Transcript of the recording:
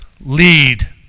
lead